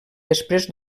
després